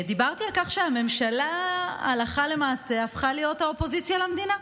דיברתי על כך שהממשלה הלכה למעשה הפכה להיות האופוזיציה למדינה.